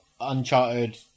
Uncharted